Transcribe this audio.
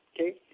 okay